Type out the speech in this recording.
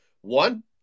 One